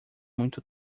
muito